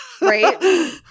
right